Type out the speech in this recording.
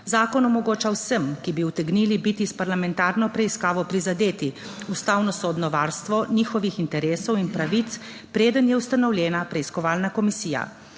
Zakon omogoča vsem, ki bi utegnili biti s parlamentarno preiskavo prizadeti, ustavno sodno varstvo njihovih interesov in pravic, preden je ustanovljena preiskovalna komisija.